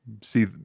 see